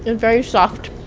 ah very soft